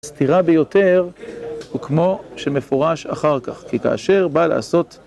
סתירה ביותר הוא כמו שמפורש אחר כך, כי כאשר בא לעשות